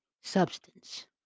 substance